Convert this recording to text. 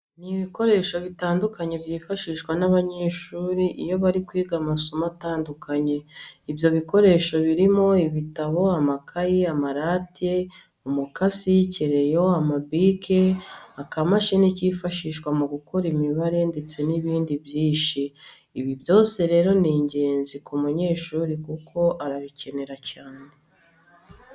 Ni ibikoresho bitandukanye byifashishwa n'abanyeshuri iyo bari kwiga amasomo atandukanye. Ibyo bikoresho birimo ibitabo, amakayi, amarati, umukasi, kereyo, amabike, akamashini kifashishwa mu gukora imibare ndetse n'ibindi byinshi. Ibi byose rero ni ingenzi ku munyeshuri kuko arabikenera cyane.